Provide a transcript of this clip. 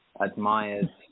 admired